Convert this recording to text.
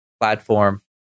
platform